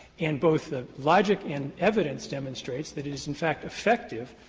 and both the logic and evidence demonstrates that it is, in fact, effective,